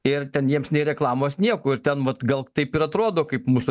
ir ten jiems nei reklamos niekur ten vat gal taip ir atrodo kaip mūsų